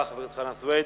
חבר הכנסת חנא סוייד,